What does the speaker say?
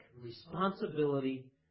responsibility